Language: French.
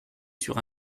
sur